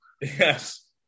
Yes